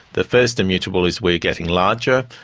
the first immutable is we are getting larger,